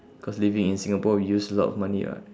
cause living in singapore use a lot of money [what]